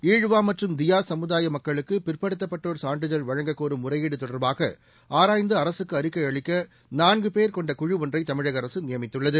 ஈழுவா மற்றும் தியா சமுதாய மக்களுக்கு பிற்படுத்தப்பட்டோர் சான்றிதழ் வழங்கக்கோரும் முறையீடு தொடர்பாக ஆராய்ந்து அரசுக்கு அறிக்கை அளிக்க நான்கு பேர் கொண்ட குழு ஒன்றை தமிழக அரசு நியமித்துள்ளது